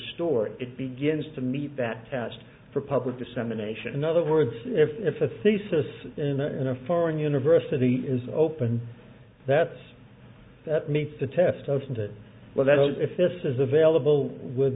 store it begins to meet that test for public dissemination in other words if a thesis in a foreign university is open that's that meets the test of that well that if this is available with